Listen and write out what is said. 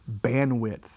bandwidth